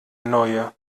neue